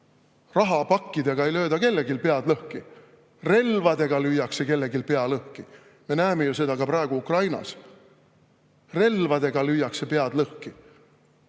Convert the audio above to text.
Rahapakkidega ei lööda kellelgi pead lõhki. Relvadega lüüakse pea lõhki, me näeme seda praegu ka Ukrainas. Relvadega lüüakse pead lõhki.